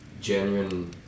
genuine